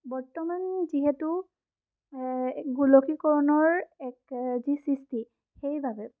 বৰ্তমান যিহেতু গোলকীকৰণৰ এক যি সৃষ্টি সেইবাবে